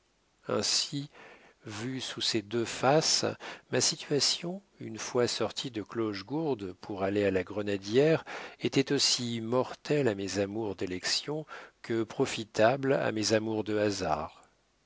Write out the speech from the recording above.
ainsi vue sous ses deux faces ma situation une fois sorti de clochegourde pour aller à la grenadière était aussi mortelle à mes amours d'élection que profitable à mes amours de hasard